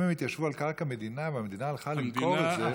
אם הם התיישבו על קרקע מדינה והמדינה הלכה למכור את זה,